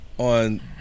On